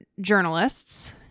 journalists